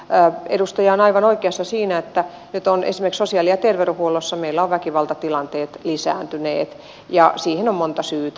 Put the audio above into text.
edustaja on aivan oikeassa siinä että nyt meillä ovat esimerkiksi sosiaali ja terveydenhuollossa väkivaltatilanteet lisääntyneet ja siihen on monta syytä